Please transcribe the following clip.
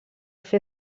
fer